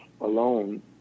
alone